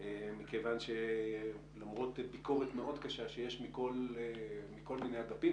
מכיוון שלמרות ביקורת קשה מאוד שיש מכל מיני אגפים,